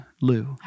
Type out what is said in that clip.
Lou